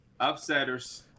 upsetters